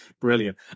Brilliant